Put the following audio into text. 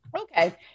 Okay